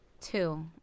two